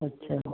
ਅੱਛਾ